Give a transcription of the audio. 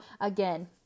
again